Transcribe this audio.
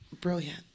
brilliant